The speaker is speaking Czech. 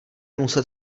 muset